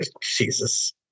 Jesus